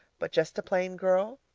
but just a plain girl?